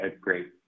great